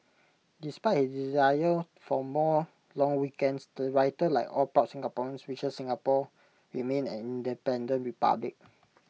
despite his desire for more long weekends the writer like all proud Singaporeans wishes Singapore remains an independent republic